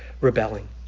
rebelling